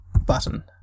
button